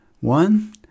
One